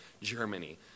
Germany